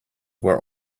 where